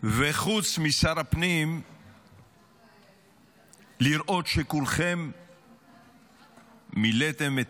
וחוץ משר הפנים לראות שכולכם מילאתם את